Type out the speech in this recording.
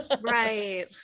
right